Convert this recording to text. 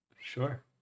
Sure